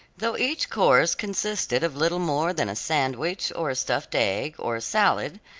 though each course consisted of little more than a sandwich, or a stuffed egg, or a salad,